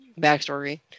backstory